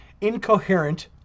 incoherent